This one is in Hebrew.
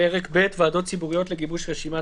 "פרק ב': ועדות ציבוריות לגיבוש רשימת